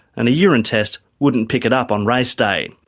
and a urine test wouldn't pick it up on race day.